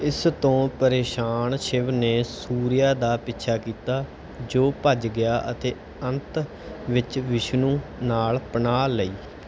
ਇਸ ਤੋਂ ਪਰੇਸ਼ਾਨ ਸ਼ਿਵ ਨੇ ਸੂਰਯਾ ਦਾ ਪਿੱਛਾ ਕੀਤਾ ਜੋ ਭੱਜ ਗਿਆ ਅਤੇ ਅੰਤ ਵਿੱਚ ਵਿਸ਼ਨੂੰ ਨਾਲ ਪਨਾਹ ਲਈ